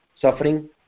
suffering